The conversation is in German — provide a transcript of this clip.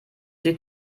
sie